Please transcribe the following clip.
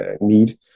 need